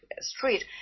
street